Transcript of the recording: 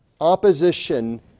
opposition